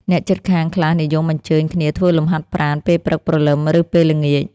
អ្នកជិតខាងខ្លះនិយមអញ្ជើញគ្នាធ្វើលំហាត់ប្រាណពេលព្រឹកព្រលឹម ឬពេលល្ងាច។